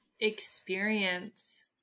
experience